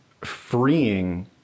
freeing